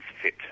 fit